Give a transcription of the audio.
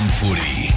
footy